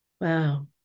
Wow